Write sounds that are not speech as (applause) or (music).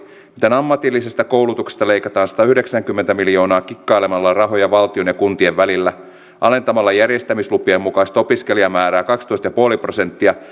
miten ammatillisesta koulutuksesta leikataan satayhdeksänkymmentä miljoonaa kikkailemalla rahoja valtion ja kuntien välillä alentamalla järjestämislupien mukaista opiskelijamäärää kaksitoista pilkku viisi prosenttia (unintelligible)